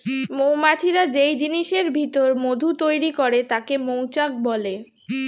মৌমাছিরা যেই জিনিসের ভিতর মধু তৈরি করে তাকে মৌচাক বলে